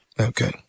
Okay